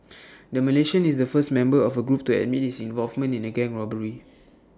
the Malaysian is the first member of A group to admit his involvement in A gang robbery